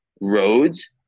roads